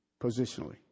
Positionally